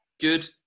Good